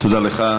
תודה, תודה לך.